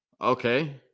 Okay